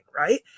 right